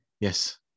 Yes